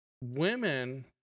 women